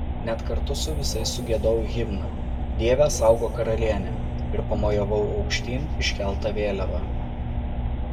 net kartu su visais sugiedojau himną dieve saugok karalienę ir pamojavau aukštyn iškelta vėliava